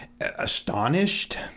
astonished